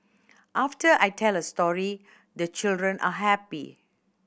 after I tell a story the children are happy